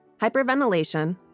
Hyperventilation